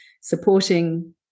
supporting